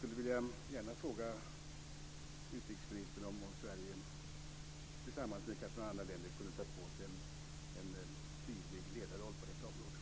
Jag vill gärna fråga utrikesministern om ifall Sverige, kanske tillsammans med några andra länder, kunde ta på sig en tydlig ledarroll på detta område.